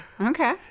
Okay